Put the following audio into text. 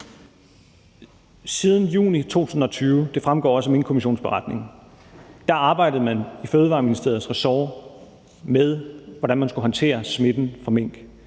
Siden juni 2020 – det fremgår også af Minkkommissionens beretning – arbejdede man inden for Fødevareministeriets ressort med, hvordan man skulle håndtere smitten fra mink.